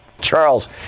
Charles